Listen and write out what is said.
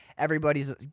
everybody's